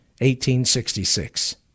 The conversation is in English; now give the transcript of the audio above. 1866